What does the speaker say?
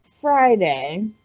Friday